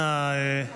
אז אני לא רוצה להתחלף,